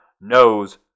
knows